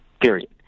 period